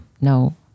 no